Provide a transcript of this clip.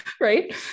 Right